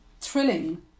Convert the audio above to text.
thrilling